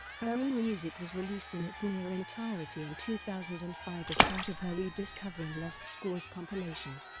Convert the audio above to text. her own music was released in its near entirety in two thousand and five as part of her rediscovering lost scores compilation.